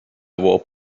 avoir